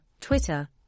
Twitter